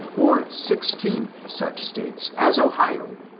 or sixteen such states as ohio,